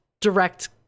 direct